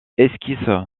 esquisse